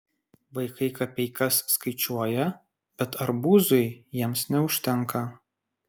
vaikai kapeikas skaičiuoja bet arbūzui jiems neužtenka